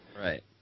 Right